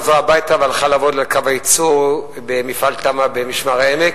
חזרה הביתה והלכה לעבוד בקו הייצור במפעל תמ"ה במשמר-העמק,